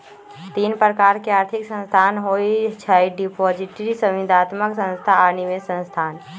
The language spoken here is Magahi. तीन प्रकार के आर्थिक संस्थान होइ छइ डिपॉजिटरी, संविदात्मक संस्था आऽ निवेश संस्थान